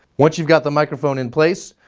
once you've got the microphone in place,